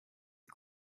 you